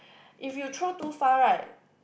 if you throw too far right